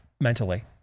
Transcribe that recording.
mentally